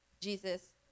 Jesus